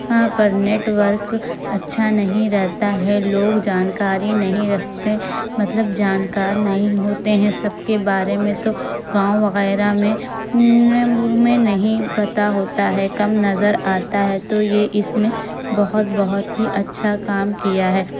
پر network اچھا نہیں رہتا ہے لوگ جانکاری نہیں رکھتے مطلب جانکار نہیں ہوتے ہیں سب کے بارے میں تو گاؤں وغیرہ میں میں نہیں پتہ ہوتا ہے کم نظر آتا ہے تو یہ اس میں بہت بہت ہی اچھا کام کیا ہے